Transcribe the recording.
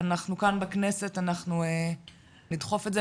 אנחנו כאן בכנסת אנחנו נדחוף את זה.